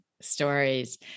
stories